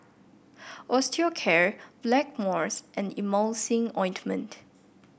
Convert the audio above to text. Osteocare Blackmores and Emulsying Ointment